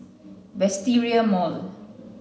Wisteria Mall